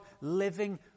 living